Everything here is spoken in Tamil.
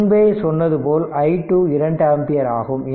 முன்பே சொன்னது போல i1 2 ஆம்பியர் ஆகும்